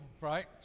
right